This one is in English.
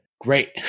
great